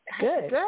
Good